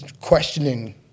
questioning